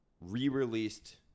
re-released